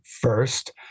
first